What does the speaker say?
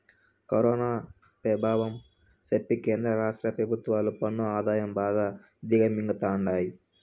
corona పెభావం సెప్పి కేంద్ర రాష్ట్ర పెభుత్వాలు పన్ను ఆదాయం బాగా దిగమింగతండాయి